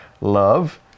love